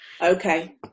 okay